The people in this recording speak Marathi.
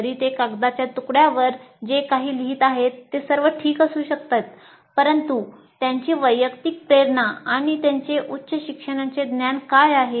जरी ते कागदाच्या तुकड्यावर जे काही लिहित आहेत ते सर्व ठीक असू शकतात परंतु त्यांची वैयक्तिक प्रेरणा आणि त्यांचे उच्च शिक्षणाचे ज्ञान काय आहे